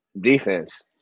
defense